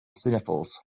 sniffles